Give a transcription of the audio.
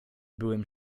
byłem